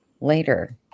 later